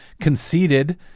conceded